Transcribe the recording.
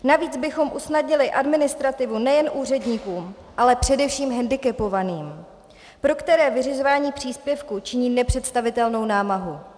Navíc bychom usnadnili administrativu nejen úředníkům, ale především hendikepovaným, pro které vyřizování příspěvku činí nepředstavitelnou námahu.